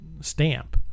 stamp